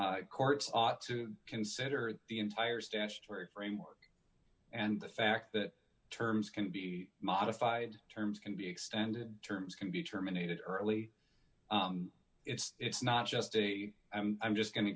is courts ought to consider the entire statutory framework and the fact that terms can be modified terms can be extended terms can be terminated early it's not just a i'm just go